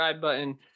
button